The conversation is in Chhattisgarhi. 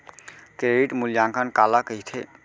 क्रेडिट मूल्यांकन काला कहिथे?